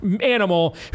animal